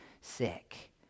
sick